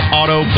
auto